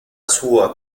sua